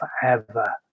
forever